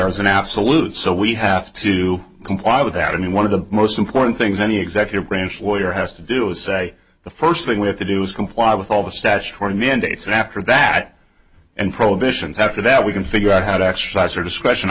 there as an absolute so we have to comply with that and one of the most important things any executive branch lawyer has to do is say the first thing we have to do is comply with all the statutory minutes and after that and prohibitions after that we can figure out how to exercise her discretion i